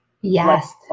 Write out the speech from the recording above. yes